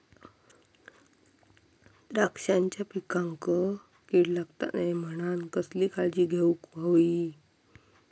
द्राक्षांच्या पिकांक कीड लागता नये म्हणान कसली काळजी घेऊक होई?